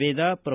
Veda pro